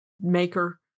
maker